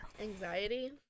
anxiety